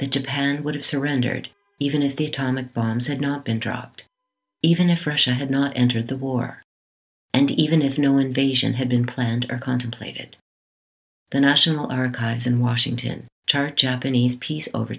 that japan would have surrendered even if the atomic bombs had not been dropped even if russia had not entered the war and even if no invasion had been planned or contemplated the national archives in washington church japanese peace over